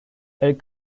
elle